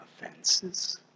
offenses